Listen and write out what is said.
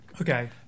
Okay